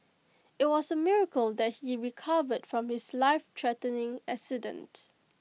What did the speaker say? IT was A miracle that he recovered from his lifethreatening accident